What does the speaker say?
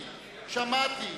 שמעתי.